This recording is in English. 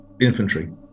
infantry